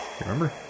Remember